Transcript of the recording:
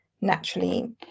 naturally